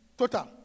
total